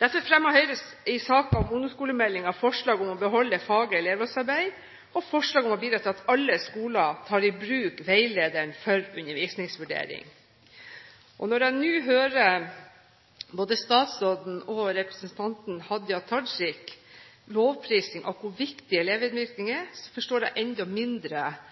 Derfor fremmet Høyre i saken om ungdomsskolemeldingen et forslag om å beholde faget elevrådsarbeid og et forslag om å bidra til at alle skoler tar i bruk veilederen for undervisningsvurdering. Når jeg nå hører både statsråden og representanten Hadia Tajik